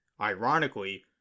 Ironically